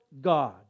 God